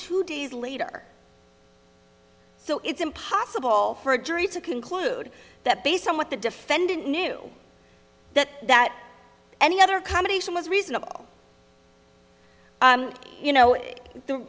two days later so it's impossible for a jury to conclude that based on what the defendant knew that that any other combination was reasonable you know